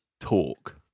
talk